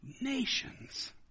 nations